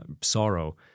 sorrow